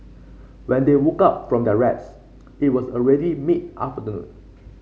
when they woke up from their rest it was already mid afternoon